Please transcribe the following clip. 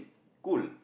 cool